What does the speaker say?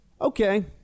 Okay